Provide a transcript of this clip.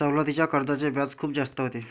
सवलतीच्या कर्जाचे व्याज खूप जास्त होते